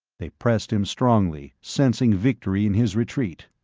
they pressed him strongly, sensing victory in his retreat.